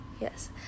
Yes